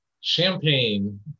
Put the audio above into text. champagne